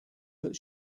that